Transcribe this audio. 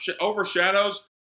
overshadows